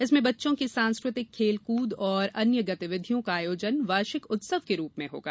इसमें बच्चों की सांस्कृतिक खेल कूद और अन्य गतिविधियों का आयोजन वार्षिक उत्सव के रूप में होगा